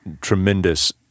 tremendous